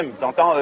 T'entends